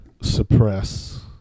suppress